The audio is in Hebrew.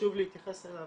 שחשוב להתייחס אליו,